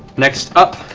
next up,